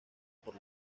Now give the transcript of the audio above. por